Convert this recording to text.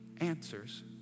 answers